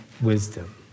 wisdom